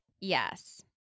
Yes